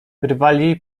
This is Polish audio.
wyrwali